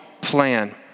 plan